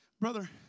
Brother